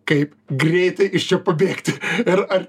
kaip greitai iš čia pabėgti ir ar